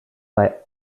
bei